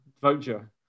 voucher